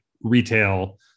retail